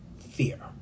Fear